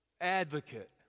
advocate